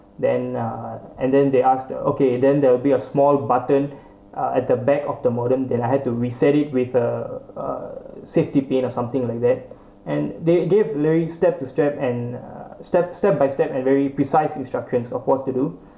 then uh and then they ask the okay then there will be a small button uh at the back of the modem then I had to reset it with a a safety pin or something like that and they they've leading step to step and uh step step by step and very precise instructions of what to do